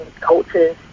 cultures